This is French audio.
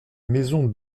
maison